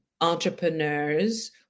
entrepreneurs